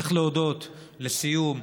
לסיום,